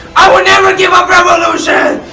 i will never give up revolution